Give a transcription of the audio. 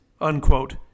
unquote